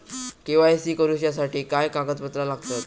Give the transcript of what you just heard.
KYC करूच्यासाठी काय कागदपत्रा लागतत?